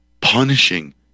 punishing